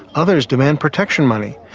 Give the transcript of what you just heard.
others demand protection money,